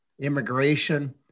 immigration